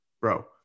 Bro